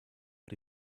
but